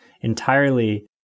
entirely